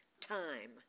time